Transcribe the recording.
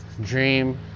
dream